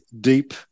deep